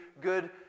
good